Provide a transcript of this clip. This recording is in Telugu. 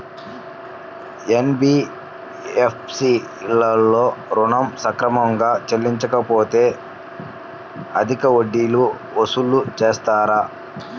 ఎన్.బీ.ఎఫ్.సి లలో ఋణం సక్రమంగా చెల్లించలేకపోతె అధిక వడ్డీలు వసూలు చేస్తారా?